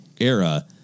era